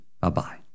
Bye-bye